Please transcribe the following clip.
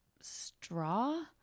straw